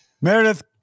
Meredith